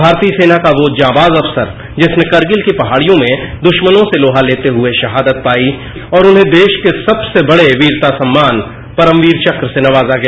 भारतीय सेना को वो जांबाज अफसर जिसने करगिल की पहाडियों में दृश्मनों से लोहा लेते हुए शहादत पाई और उन्हे देश के सबसे बडे वीरता सम्मान परमवीर चक्र से नवाजा गया